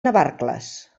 navarcles